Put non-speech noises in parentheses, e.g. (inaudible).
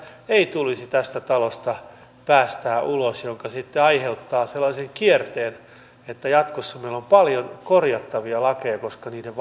ei tulisi tästä talosta päästää ulos tällaista lainsäädäntöä joka sitten aiheuttaa sellaisen kierteen että jatkossa meillä on paljon korjattavia lakeja koska niiden (unintelligible)